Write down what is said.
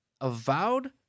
avowed